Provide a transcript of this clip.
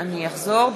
אני אחזור.